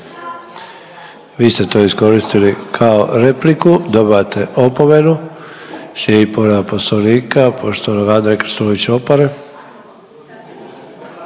Vi ste to iskoristili kao repliku, dobivate opomenu. Slijedi povreda Poslovnika, poštovanog Andre Krstulović Opare.